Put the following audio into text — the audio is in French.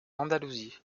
andalousie